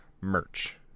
merch